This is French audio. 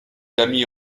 l’amie